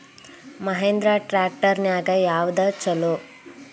Mahindra tractor ನ್ಯಾಗ ಯಾವ್ದ ಛಲೋ?